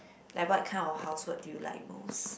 like what kind of housework do you like most